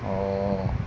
oh